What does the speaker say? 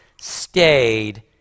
stayed